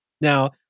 Now